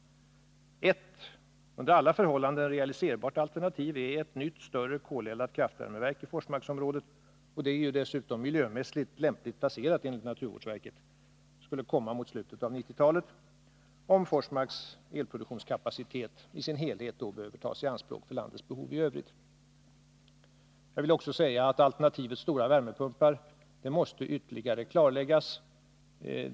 Ett under alla förhållanden realiserbart alternativ är ett nytt, större koleldat kraftvärmeverk i Forsmarksområdet. Enligt naturvårdsverket vore det en miljömässigt sett bra placering. Ett sådant kraftvärmeverk skulle uppföras på 1990-talet, om Forsmarks elproduktionskapacitet i sin helhet då behövde tas i anspråk för landets behov i övrigt. Alternativet med stora värmepumpar måste ytterligare klarläggas.